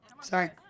Sorry